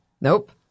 Nope